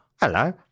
Hello